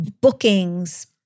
bookings